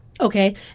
Okay